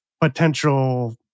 potential